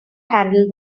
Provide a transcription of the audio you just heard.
handle